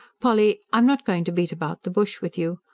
polly, i'm not going to beat about the bush with you.